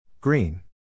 Green